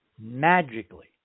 magically